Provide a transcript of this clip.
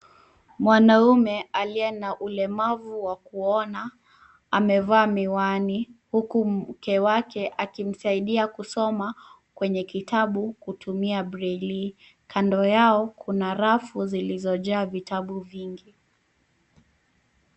Mwanaume aliye na ulemavu wa kuona amevaa miwani huku mke wake akimsaidia kusoma kwenye kitabu kutumia braille . Kando yao kuna rafu zilizojaa vitabu vingi.